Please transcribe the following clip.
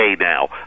now